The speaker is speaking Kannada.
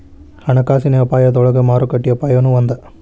ಹಣಕಾಸಿನ ಅಪಾಯದೊಳಗ ಮಾರುಕಟ್ಟೆ ಅಪಾಯನೂ ಒಂದ್